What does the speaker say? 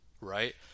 right